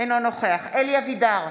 אינו נוכח אלי אבידר,